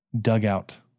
dugout